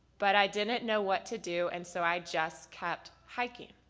but i didn't know what to do and so i just kept hiking.